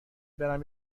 برم